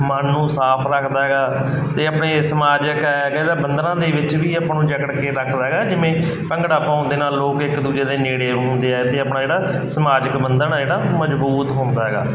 ਮਨ ਨੂੰ ਸਾਫ ਰੱਖਦਾ ਹੈਗਾ ਅਤੇ ਆਪਣੇ ਸਮਾਜਿਕ ਹੈ ਇੱਕ ਇਹਦਾ ਬੰਧਨਾਂ ਦੇ ਵਿੱਚ ਵੀ ਆਪਾਂ ਨੂੰ ਜਕੜ ਕੇ ਰੱਖਦਾ ਹੈਗਾ ਜਿਵੇਂ ਭੰਗੜਾ ਪਾਉਣ ਦੇ ਨਾਲ ਲੋਕ ਇੱਕ ਦੂਜੇ ਦੇ ਨੇੜੇ ਆਉਂਦੇ ਆ ਅਤੇ ਆਪਣਾ ਜਿਹੜਾ ਸਮਾਜਿਕ ਬੰਧਨ ਹੈ ਜਿਹੜਾ ਮਜ਼ਬੂਤ ਹੁੰਦਾ ਹੈਗਾ